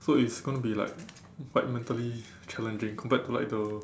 so it's going to be like quite mentally challenging compared to like the